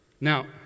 Now